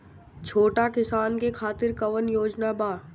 छोटा किसान के खातिर कवन योजना बा?